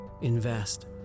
invest